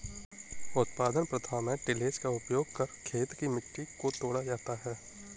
उत्पादन प्रथा में टिलेज़ का उपयोग कर खेत की मिट्टी को तोड़ा जाता है